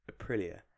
aprilia